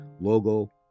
logo